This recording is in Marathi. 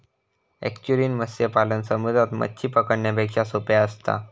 एस्चुरिन मत्स्य पालन समुद्रात मच्छी पकडण्यापेक्षा सोप्पा असता